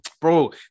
bro